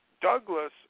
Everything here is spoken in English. Douglas